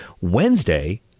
Wednesday